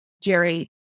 Jerry